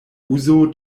uzo